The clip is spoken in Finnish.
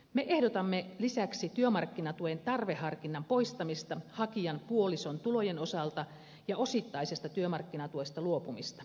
me ehdotamme lisäksi työmarkkinatuen tarveharkinnan poistamista hakijan puolison tulojen osalta ja osittaisesta työmarkkinatuesta luopumista